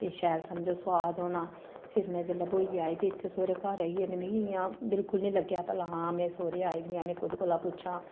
ते शैल समझो सुआद होना फिर में जेल्लै ब्होइयै आई ते इत्थै सोह्रै घर आइयै ते मिगी इ'यां बिलकुल निं लग्गेआ भला हां में सोह्रै आई दी आं में कुदै कोला पुच्छां